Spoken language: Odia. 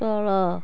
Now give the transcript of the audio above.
ତଳ